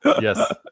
Yes